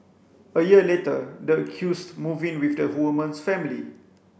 a year later the accused moved in with the woman's family